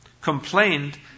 complained